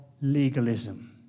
legalism